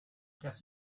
guess